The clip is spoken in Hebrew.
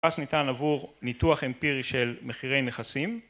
מה שניתן עבור ניתוח אמפירי של מחירי נכסים.